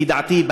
לפי דעתי,